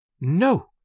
No